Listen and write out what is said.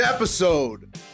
episode